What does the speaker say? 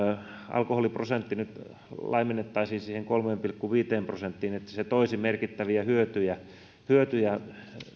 alkoholiprosentti nyt laimennettaisiin siihen kolmeen pilkku viiteen prosenttiin niin se toisi merkittäviä hyötyjä hyötyjä